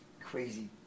crazy